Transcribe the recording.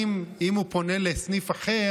אם הוא פונה לסניף אחר,